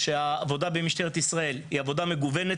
שהעבודה במשטרת ישראל היא עבודה מגוונת